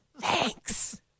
thanks